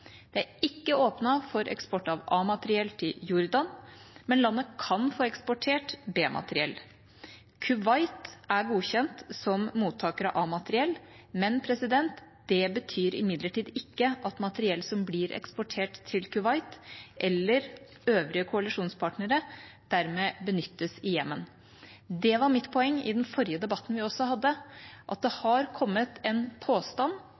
Det er ikke åpnet for eksport av A-materiell til Jordan, men landet kan få eksportert B-materiell. Kuwait er godkjent som mottaker av A-materiell. Det betyr imidlertid ikke at materiell som blir eksportert til Kuwait eller øvrige koalisjonspartnere, dermed benyttes i Jemen. Det var mitt poeng i den forrige debatten vi hadde også, at det har kommet en påstand